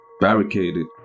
Barricaded